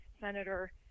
senator